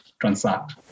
transact